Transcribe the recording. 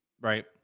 right